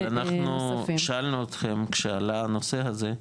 אבל אנחנו שאלנו אותכם כשעלה הנושא הזה,